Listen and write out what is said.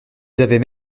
avaient